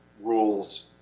rules